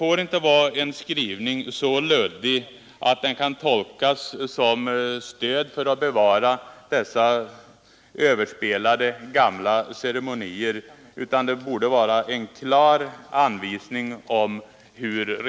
Skrivningen får inte vara så luddig att den kan tolkas som stöd för att bevara dessa överspelade gamla ceremonier.